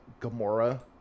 Gamora